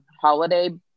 holiday